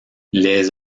les